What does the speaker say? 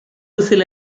சில